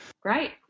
Great